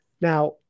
Now